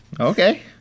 Okay